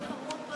נכון,